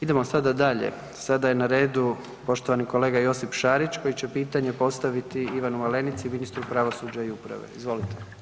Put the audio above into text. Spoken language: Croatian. Idemo sada dalje, sada je na redu poštovani kolega Josip Šarić koji će pitanje postaviti Ivanu Malenici, ministru pravosuđa i uprave, izvolite.